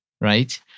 right